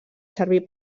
servir